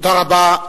תודה רבה.